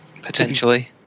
Potentially